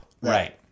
Right